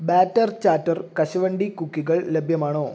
batter chatter കശുവണ്ടി കുക്കികൾ ലഭ്യമാണോ